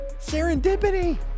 Serendipity